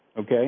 okay